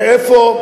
ואיפה,